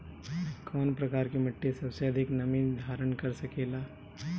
कौन प्रकार की मिट्टी सबसे अधिक नमी धारण कर सकेला?